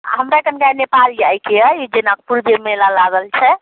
हमरा कनिका नेपाल जाइके अइ ई जनकपुर जे मेला लागल छै